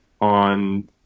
on